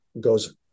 goes